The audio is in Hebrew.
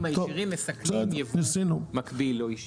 הישירים מסכלים ייבוא מקביל או אישי.